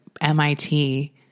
MIT